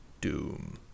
doom